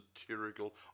satirical